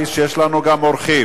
אדוני.